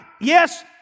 Yes